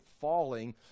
falling